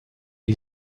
die